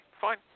fine